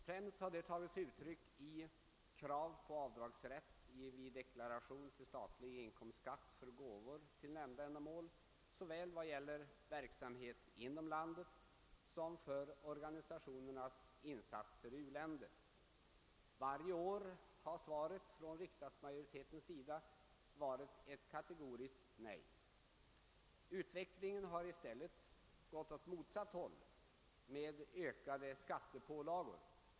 Främst har det tagit sig uttryck i krav på avdragsrätt vid deklaration till statlig inkomstskatt för gåvor till nämnda ändamål såväl vad gäller verksamhet inom landet som för organisationernas insatser i u-länder. Varje år har svaret från riksdagsmajoriteten varit ett kategoriskt nej. Utvecklingen har i stället gått åt motsatt håll med ökade skattepålagor.